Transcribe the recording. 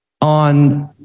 on